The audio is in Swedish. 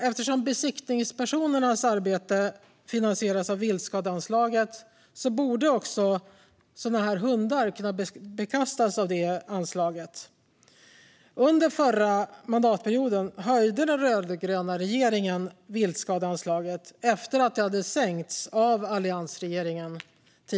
Eftersom besiktningspersonernas arbete finansieras av viltskadeanslaget borde också sådana här hundar kunna bekostas från det anslaget. Under förra mandatperioden höjde den rödgröna regeringen viltskadeanslaget, efter att det hade sänkts av alliansregeringen.